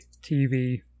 TV